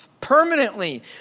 permanently